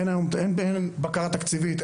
אין היום בקרה תקציבית,